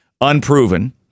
unproven